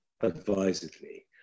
advisedly